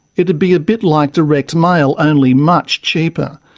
it would be a bit like direct mail, only much cheaper.